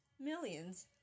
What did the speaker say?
millions